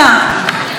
הערבי.